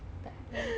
tak lah